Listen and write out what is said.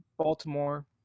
Baltimore